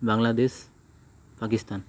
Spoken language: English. Bangladesh Pakistan